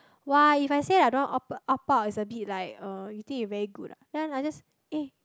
[wah] if I say I don't want op~ opt out it's a bit like uh you think you very good ah then I just eh